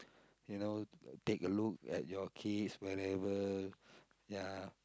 you know take a look at your kids wherever ya